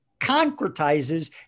concretizes